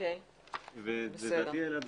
אלה הדברים.